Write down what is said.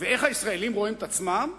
ואיך הישראלים רואים את עצמם?